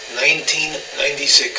1996